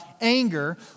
anger